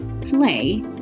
play